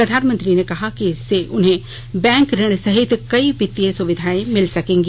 प्रधानमंत्री ने कहा कि इससे उन्हें बैंक ऋण सहित कई वित्तीय सुविधाएं मिल सकेंगी